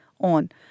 on